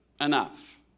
enough